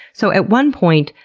so at one point,